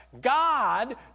God